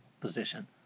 position